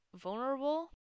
vulnerable